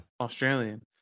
Australian